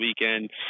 weekend